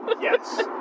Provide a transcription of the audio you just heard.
Yes